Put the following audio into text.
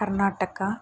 Karnataka